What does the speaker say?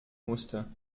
musste